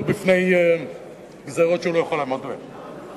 בפני גזירות שהוא לא יכול לעמוד בהן.